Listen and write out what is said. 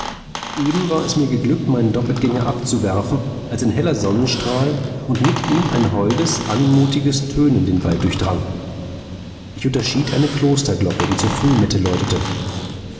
eben war es mir geglückt meinen doppeltgänger abzuwerfen als ein heller sonnenstrahl und mit ihm ein holdes anmutiges tönen den wald durchdrang ich unterschied eine klosterglocke die zur frühmette läutete